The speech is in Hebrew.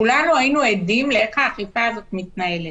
כולנו היינו עדים איך האכיפה הזאת מתנהלת.